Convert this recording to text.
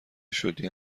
شدی